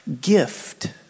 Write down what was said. gift